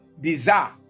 desire